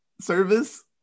service